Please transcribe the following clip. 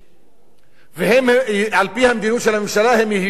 ועל-פי מדיניות הממשלה הם יהיו קשים עוד יותר,